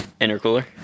Intercooler